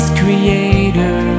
creator